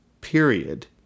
period